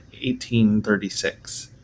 1836